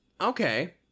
Okay